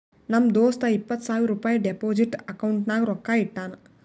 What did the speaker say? ನಮ್ ದೋಸ್ತ ಇಪ್ಪತ್ ಸಾವಿರ ರುಪಾಯಿ ಡೆಪೋಸಿಟ್ ಅಕೌಂಟ್ನಾಗ್ ರೊಕ್ಕಾ ಇಟ್ಟಾನ್